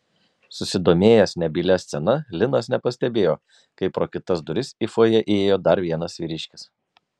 susidomėjęs nebylia scena linas nepastebėjo kaip pro kitas duris į fojė įėjo dar vienas vyriškis